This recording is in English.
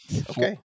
Okay